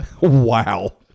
Wow